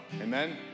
amen